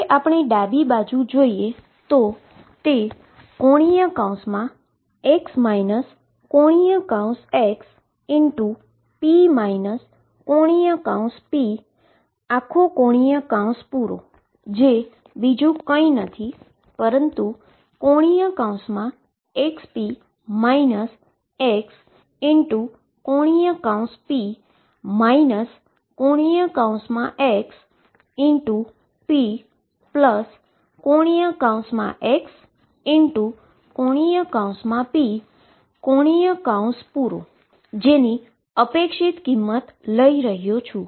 હવે આપણે ડાબી બાજુએ જોઈએ તો ⟨x ⟨x⟩p ⟨p⟩⟩ એ કઈ નથી પરંતુ ⟨xp x⟨p⟩ ⟨x⟩p⟨x⟩⟨p⟩⟩ જેની એક્સપેક્ટેશન વેલ્યુ લઈ રહ્યો છું